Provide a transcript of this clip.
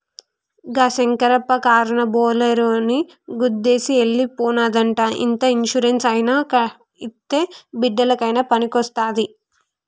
గా శంకరప్ప కారునా బోలోరోని గుద్దేసి ఎల్లి పోనాదంట ఇంత ఇన్సూరెన్స్ అయినా ఇత్తే బిడ్డలకయినా పనికొస్తాది